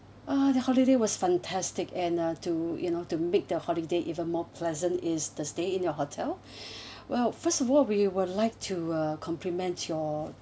uh the holiday was fantastic and uh to you know to make the holiday even more pleasant is the stay in your hotel well first of all we would like to uh compliment your